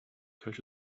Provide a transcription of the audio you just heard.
coach